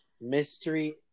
mystery